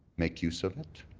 make use of it,